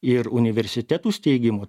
ir universitetų steigimų